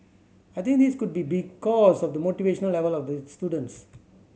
I think this could be because of the motivation level of the students